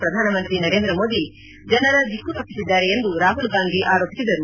ಪ್ರಧಾನಮಂತ್ರಿ ನರೇಂದ್ರ ಮೋದಿ ಜನರ ದಿಕ್ಕು ತಪ್ಪಿಸಿದ್ದಾರೆ ಎಂದು ರಾಹುಲ್ ಗಾಂಧಿ ಆರೋಪಿಸಿದರು